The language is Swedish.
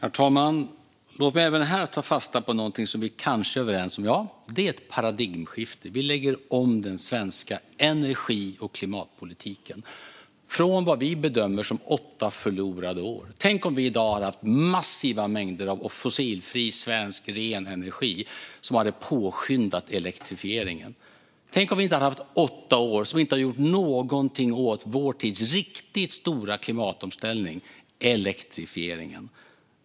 Herr talman! Låt mig även här ta fasta på något som vi kanske är överens om. Ja, det är ett paradigmskifte. Vi lägger om den svenska energi och klimatpolitiken, från vad vi bedömer som åtta förlorade år. Tänk om vi i dag hade haft massiva mängder av fossilfri svensk ren energi som hade påskyndat elektrifieringen. Tänk om vi inte hade haft åtta år då det inte har gjorts någonting åt vår tids riktigt stora klimatomställning: elektrifieringen.